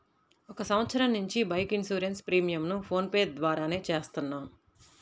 ఒక సంవత్సరం నుంచి బైక్ ఇన్సూరెన్స్ ప్రీమియంను ఫోన్ పే ద్వారానే చేత్తన్నాం